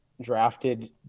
drafted